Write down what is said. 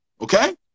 Okay